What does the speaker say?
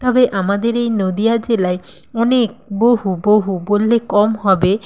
তবে আমাদের এই নদীয়া জেলায় অনেক বহু বহু বললে কম হবে